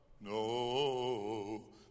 no